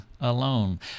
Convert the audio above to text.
alone